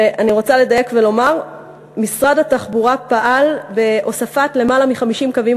אני רוצה לדייק ולומר שמשרד התחבורה פעל להוספת למעלה מ-50 קווים